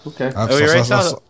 okay